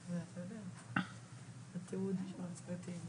זה הנוסח שהצענו והוא מקובל כמובן על